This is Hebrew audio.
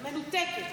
מנותקת.